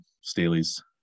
Staley's